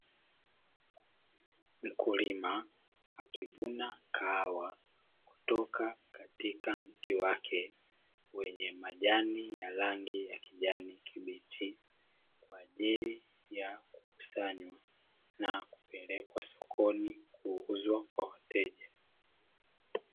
Mkulima akivuna kahawa kutoka katika mti wake wenye majani ya rangi ya kijani kibichi, kwa ajili ya kukusanywa na kupelekwa sokoni kuuzwa kwa wateja.